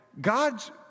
God's